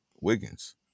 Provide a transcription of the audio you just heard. Wiggins